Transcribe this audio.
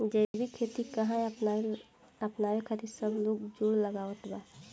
जैविक खेती काहे अपनावे खातिर सब लोग जोड़ लगावत बा?